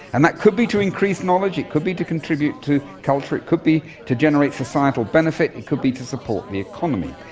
and that could be to increase knowledge, it could be to contribute to culture, it could be to generate societal benefit, it could be to support the economy.